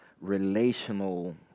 relational